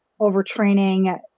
overtraining